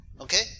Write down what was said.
Okay